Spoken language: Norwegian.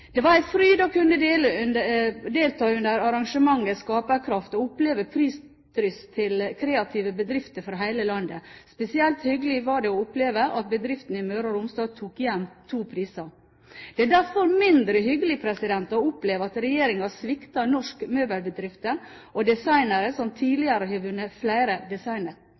Det var en fryd å kunne delta under arrangementet Skaperkraft og oppleve et prisdryss til kreative bedrifter fra hele landet. Spesielt hyggelig var det å oppleve at bedriftene i Møre og Romsdal tok hjem to priser. Det er derfor mindre hyggelig å oppleve at regjeringen svikter norske møbelbedrifter og designere som tidligere har vunnet flere